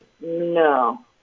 No